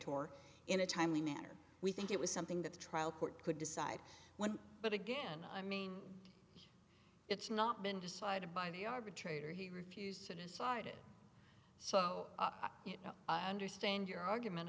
arbitrate or in a timely manner we think it was something that the trial court could decide when but again i mean it's not been decided by the arbitrator he refused to decide it so i understand your argument